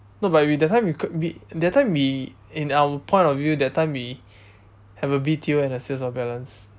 no but we that time we could be that time we in our point of view that time we have a B_T_O and a sales of balance